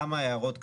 כמה הערות קטנות.